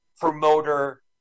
promoter